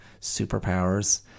superpowers